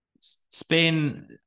Spain